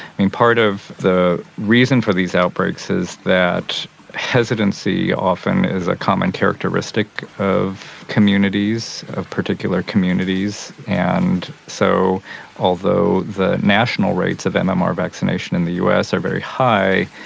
part of the reason for these outbreaks is that hesitancy often is a common characteristic of communities, of particular communities, and so although the national rates of and mmr vaccination in the us are very high,